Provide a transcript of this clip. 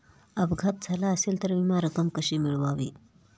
अपघात झाला असेल तर विमा रक्कम कशी मिळवावी?